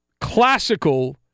classical